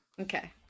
Okay